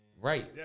Right